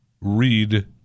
read